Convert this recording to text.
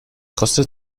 kostet